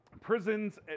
Prisons